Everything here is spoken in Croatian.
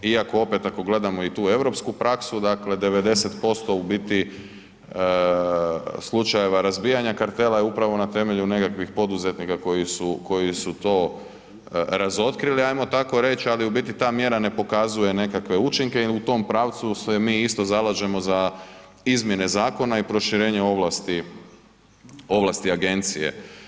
Iako opet ako gledamo i tu europsku praksu, dakle 90% u biti slučajeva razbijanja kartela je upravo na temelju nekakvih poduzetnika koji su, koji su razotkrili, ajmo tako reći, ali u biti ta mjera ne pokazuje nekakve učinke i u tom pravcu se mi isto zalažemo za izmjene zakona i proširenje ovlasti agencije.